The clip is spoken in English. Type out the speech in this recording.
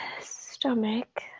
stomach